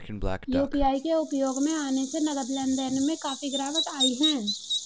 UPI के उपयोग में आने से नगद लेन देन में काफी गिरावट आई हैं